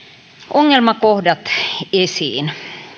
ongelmakohdat esiin